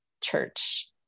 church